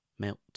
melt